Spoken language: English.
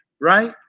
right